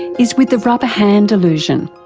is with the rubber hand illusion.